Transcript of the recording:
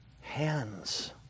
hands